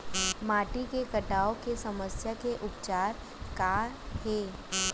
माटी के कटाव के समस्या के उपचार काय हे?